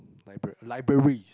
libra~ library